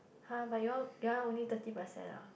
!huh! but you all your one only thirty percent ah